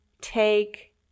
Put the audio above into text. Take